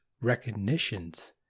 recognitions